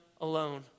alone